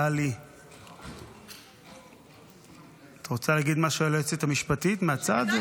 טלי, את רוצה להגיד משהו על היועצת המשפטית מהצד?